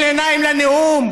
בואו נחכה למשפט.